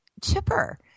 chipper